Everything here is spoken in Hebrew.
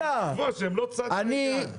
היושב-ראש, הם לא צד בעניין.